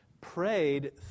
prayed